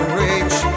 reach